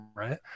right